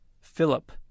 Philip